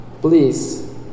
Please